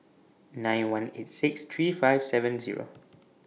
nine one eight six three five seven Zero